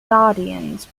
guardians